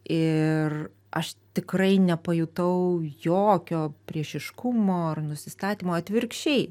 ir aš tikrai nepajutau jokio priešiškumo ar nusistatymo atvirkščiai